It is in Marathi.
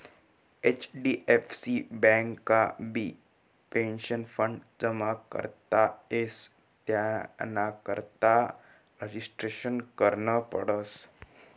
एच.डी.एफ.सी बँकमाबी पेंशनफंड जमा करता येस त्यानाकरता रजिस्ट्रेशन करनं पडस